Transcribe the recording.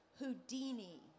Houdini